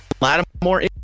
Lattimore